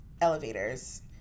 elevators